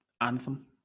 anthem